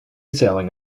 sailing